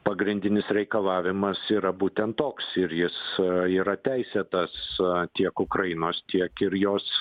pagrindinis reikalavimas yra būtent toks ir jis yra teisėtas tiek ukrainos tiek ir jos